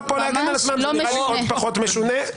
פה זה נראה לי עוד פחות --- ממש לא משונה.